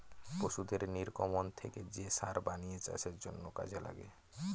পশুদের নির্গমন থেকে যে সার বানিয়ে চাষের জন্য কাজে লাগে